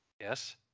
Yes